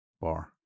bar